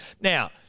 Now